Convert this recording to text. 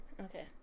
Okay